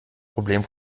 problem